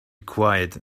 quiet